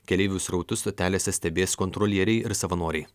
keleivių srautus stotelėse stebės kontrolieriai ir savanoriai